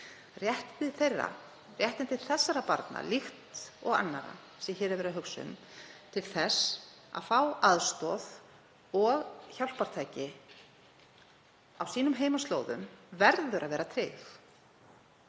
Réttindi þessara barna líkt og annarra sem hér er verið að hugsa um til þess að fá aðstoð og hjálpartæki á sínum heimaslóðum, verða að vera tryggð.